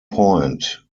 point